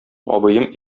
абыем